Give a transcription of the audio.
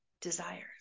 desires